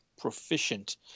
proficient